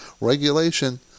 regulation